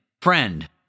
Friend